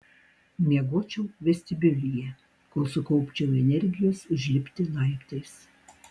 miegočiau vestibiulyje kol sukaupčiau energijos užlipti laiptais